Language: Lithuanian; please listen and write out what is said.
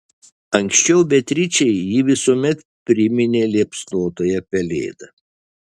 anksčiau beatričei ji visuomet priminė liepsnotąją pelėdą